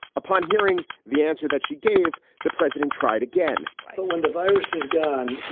upon hearing the answer that she gave, the president tried again but when the virus is gone,